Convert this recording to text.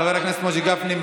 חבר הכנסת משה גפני לא